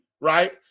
right